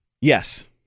Yes